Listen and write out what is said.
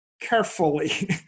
carefully